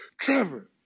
Trevor